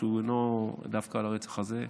שהוא אינו דווקא על הרצח הזה,